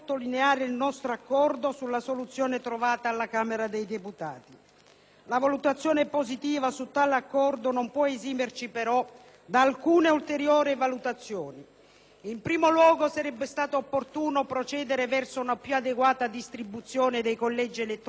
La valutazione positiva su tale accordo non può esimerci, però, da alcune ulteriori valutazioni. In primo luogo, sarebbe stato opportuno procedere verso una più adeguata distribuzione dei collegi elettorali, per garantire una migliore rappresentanza territoriale e quindi